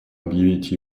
объявить